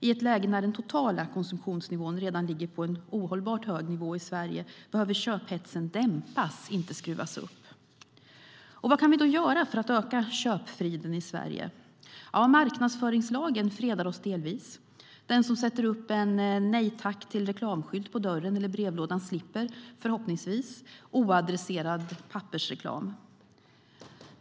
I ett läge när den totala konsumtionsnivån redan ligger på en ohållbart hög nivå i Sverige behöver köphetsen dämpas och inte skruvas upp. Vad kan vi då göra för att öka köpfriden i Sverige? Marknadsföringslagen fredar oss delvis. Den som sätter upp en skylt med Nej tack till reklam på dörren eller brevlådan slipper förhoppningsvis oadresserad pappersreklam.